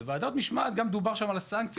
וזה גם מופיע בחוק.